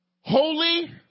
Holy